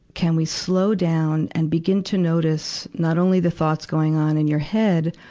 can we slow down and begin to notice, not only the thoughts going on in your head,